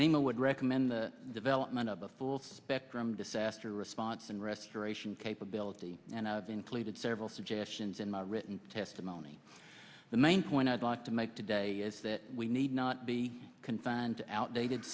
name a would recommend the development of a full spectrum to sastre response and restoration capability and i've included several suggestions in my written testimony the main point i'd like to make today is that we need not be confined to outdated